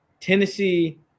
Tennessee